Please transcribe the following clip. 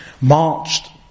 marched